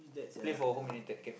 play for Home-United cap~